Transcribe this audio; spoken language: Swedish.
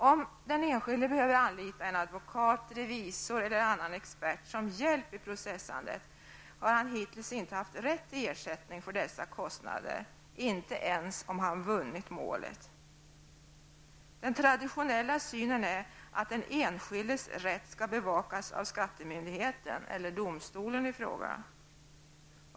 Om den enskilde behöver anlita en advokat, revisor eller annan expert som hjälp i processandet, har han hittills inte haft rätt till ersättning för dessa kostnader ens om han vunnit målet. Den traditionella synen är nämligen att den enskildes rätt skall bevakas av skattemyndigheten eller domstolen i fråga.